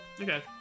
Okay